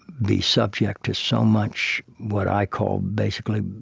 be subject to so much what i call, basically,